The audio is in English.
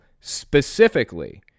specifically